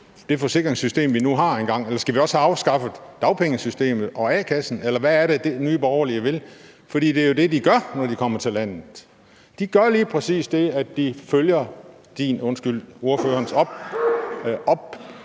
det forsikringssystem, vi nu engang har. Eller skal vi også have afskaffet dagpengesystemet og a-kassen, eller hvad er det, Nye Borgerlige vil? For det er jo det, de gør, når de kommer til landet. De gør lige præcis det, at de følger ordførerens beskrivelse